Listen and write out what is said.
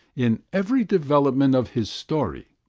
in every development of his story,